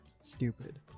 Stupid